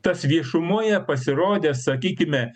tas viešumoje pasirodęs sakykime